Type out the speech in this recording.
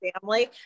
family